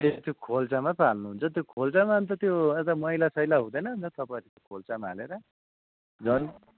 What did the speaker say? ए त्यो खोल्सामा पो हाल्नुहुन्छ त्यो खोल्सामा अन्त त्यो अन्त मैलासैला हुँदैन अन्त तपाईँहरूले त्यो खोल्सामा हालेर झन्